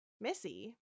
Missy